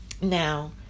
Now